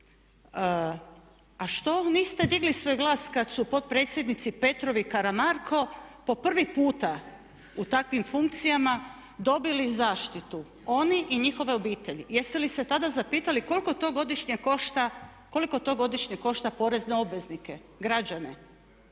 a što niste digli svoj glas kad su potpredsjednici Petrov i Karamarko po prvi puta u takvim funkcijama dobili zaštitu oni i njihove obitelji. Jeste li se tada zapitali koliko to godišnje košta porezne obveznike, građane?